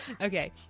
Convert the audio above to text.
Okay